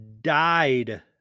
died